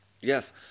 Yes